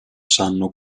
sanno